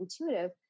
intuitive